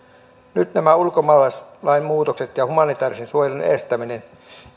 nyt nämä ulkomaalaislain muutokset ja ja humanitäärisen suojelun estäminen